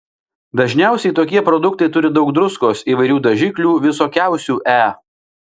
dažniausiai tokie produktai turi daug druskos įvairių dažiklių visokiausių e